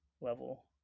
level